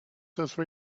those